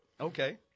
okay